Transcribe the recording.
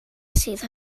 sydd